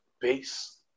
base